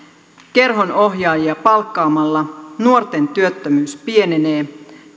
kerhon ohjaajia palkkaamalla nuorten työttömyys pienenee